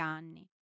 anni